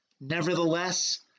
Nevertheless